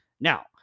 Now